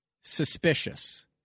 suspicious